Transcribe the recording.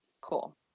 Cool